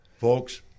Folks